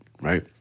right